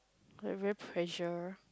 every pressure